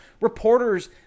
reporters